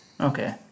Okay